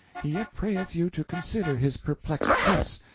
he yet prayeth you to consider his perplexed case,